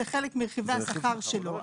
זה חלק מרכיבי השכר שלו,